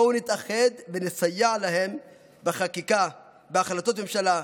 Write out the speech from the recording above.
בואו נתאחד ונסייע להם בחקיקה, בהחלטות ממשלה,